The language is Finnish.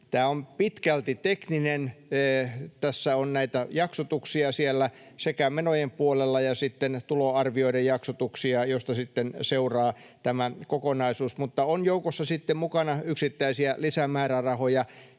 Tämä on pitkälti tekninen. Tässä on näitä jaksotuksia menojen puolella ja sitten tuloarvioiden jaksotuksia, joista sitten seuraa tämä kokonaisuus, mutta on joukossa mukana yksittäisiä lisämäärärahoja.